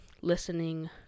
listening